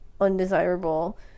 undesirable